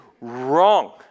wrong